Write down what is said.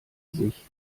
sich